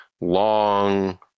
long